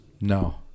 no